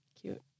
Cute